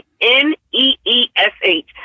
n-e-e-s-h